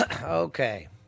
Okay